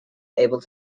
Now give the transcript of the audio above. able